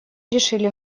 решили